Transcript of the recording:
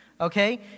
Okay